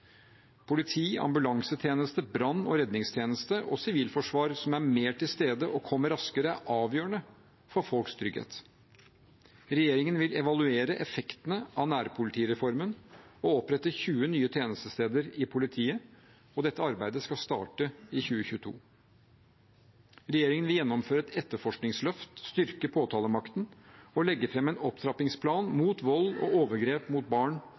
Politi, ambulansetjeneste, brann- og redningstjeneste og sivilforsvar som er mer til stede og kommer raskere, er avgjørende for folks trygghet. Regjeringen vil evaluere effektene av nærpolitireformen og opprette 20 nye tjenestesteder i politiet, og dette arbeidet skal starte i 2022. Regjeringen vil gjennomføre et etterforskningsløft, styrke påtalemakten og legge fram en opptrappingsplan mot vold og overgrep mot barn